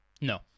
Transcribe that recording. No